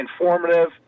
informative